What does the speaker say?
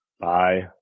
Bye